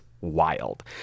wild